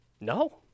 No